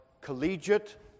collegiate